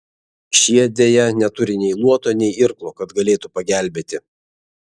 šie deja neturi nei luoto nei irklo kad galėtų pagelbėti